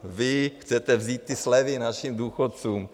Vy chcete vzít i slevy našim důchodcům.